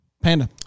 Panda